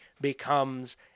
becomes